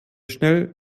schnell